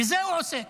בזה הוא עוסק.